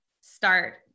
start